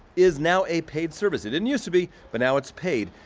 is now a paid service. it didn't used to be, but now it's paid.